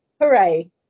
Hooray